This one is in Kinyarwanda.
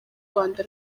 rwanda